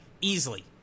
easily